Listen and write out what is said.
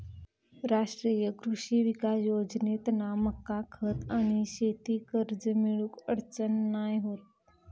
राष्ट्रीय कृषी विकास योजनेतना मका खत आणि शेती कर्ज मिळुक अडचण नाय होत